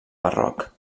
barroc